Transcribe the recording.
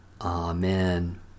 Amen